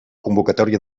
convocatòria